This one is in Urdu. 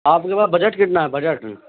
آپ کے پاس بجٹ کتنا ہے بجٹ